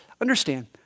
Understand